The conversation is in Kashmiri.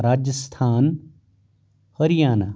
راجستان ہریانہ